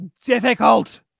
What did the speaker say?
difficult